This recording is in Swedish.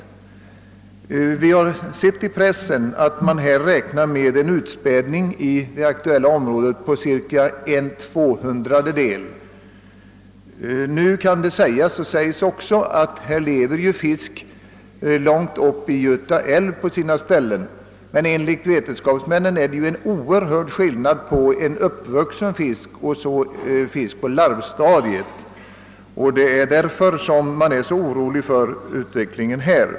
Vi har sett i pressen att man räknar med en utspädning i det aktuella området med cirka 1/200. Visst kan det invändas att fisk på sina ställen lever långt uppe i Göta älv, men enligt vetenskapsmännen är det en oerhörd skillnad mellan en uppvuxen fisk och en fisk på yngelstadiet. Det är därför man är så orolig för utvecklingen i detta fall.